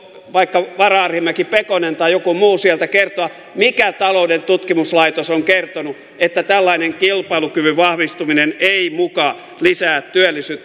voisiko vaikka vara arhinmäki pekonen tai joku muu sieltä kertoa mikä talouden tutkimuslaitos on kertonut että tällainen kilpailukyvyn vahvistuminen ei muka lisää työllisyyttä